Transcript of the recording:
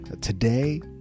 Today